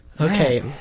Okay